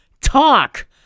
Talk